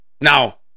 Now